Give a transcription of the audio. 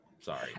Sorry